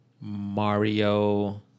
Mario